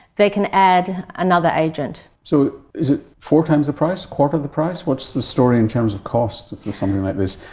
they can add another agent. so is it four times the price, quarter of the price? what's the story in terms of cost for something like this,